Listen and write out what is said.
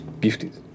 gifted